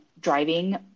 driving